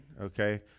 okay